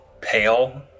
pale